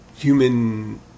human